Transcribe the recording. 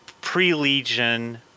pre-legion